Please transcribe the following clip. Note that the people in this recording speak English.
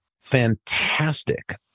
fantastic